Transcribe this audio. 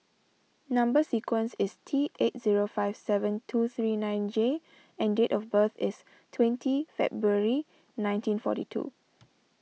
Number Sequence is T eight zero five seven two three nine J and date of birth is twenty February nineteen forty two